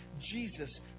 Jesus